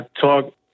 Talk